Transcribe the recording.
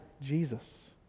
Jesus